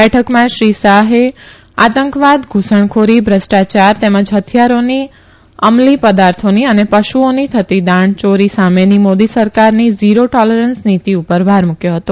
બેઠકમાં શ્રી શાહે આતંકવાદ ધુસણખોરી ભ્રષ્ટાયાર તેમજ હથીયારોની અમલી પદાર્થોની અને પશુઓની થતી દાણચોરી સામેની મોદી સરકારની ઝીરો ટોલરન્સ નીતી ઉપર ભાર મુકથો હતો